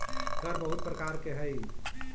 कर बहुत प्रकार के हई